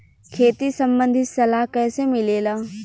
खेती संबंधित सलाह कैसे मिलेला?